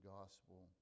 gospel